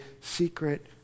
secret